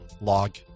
log